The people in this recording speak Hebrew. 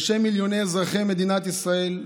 בשם מיליוני אזרחי מדינת ישראל,